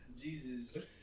Jesus